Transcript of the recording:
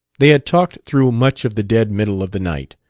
they had talked through much of the dead middle of the night.